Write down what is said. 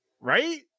right